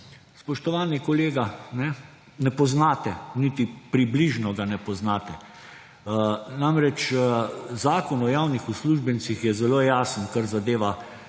spoštovani kolega, ne poznate, niti približno ga ne poznate. Namreč Zakon o javnih uslužbencih je zelo jasen, kar zadeva